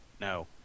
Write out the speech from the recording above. no